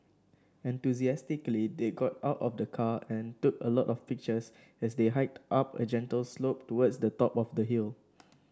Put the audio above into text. enthusiastically they got out of the car and took a lot of pictures as they hiked up a gentle slope towards the top of the hill